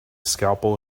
scalpel